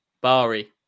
Bari